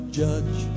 judge